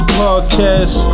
podcast